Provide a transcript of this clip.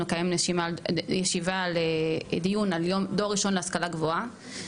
נקיים דיון על דור ראשון להשכלה גבוהה.